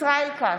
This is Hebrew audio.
ישראל כץ,